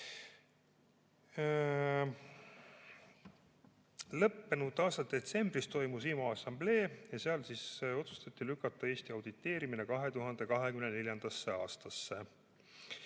Lõppenud aasta detsembris toimus IMO assamblee ja seal otsustati lükata Eesti auditeerimine 2024. aastasse.